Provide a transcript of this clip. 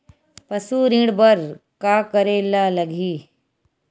पशु ऋण बर का करे ला लगही?